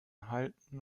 halten